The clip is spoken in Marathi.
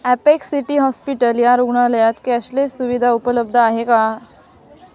ॲपेक्स सिटी हॉस्पिटल या रुग्णालयात कॅशलेस सुविधा उपलब्ध आहे का